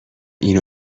این